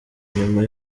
nyuma